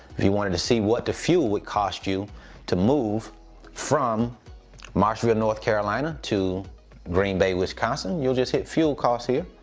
if you wanted to see what the fuel would cost you to move from marshville, north carolina to green bay, wisconsin, you'll just hit fuel costs here.